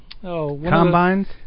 combines